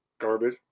garbage